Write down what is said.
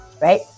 right